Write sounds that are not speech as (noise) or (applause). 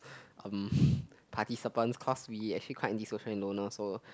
um (breath) participants cause we actually quite antisocial and loner so